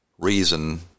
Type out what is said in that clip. reason